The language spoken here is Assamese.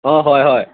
অঁ হয় হয়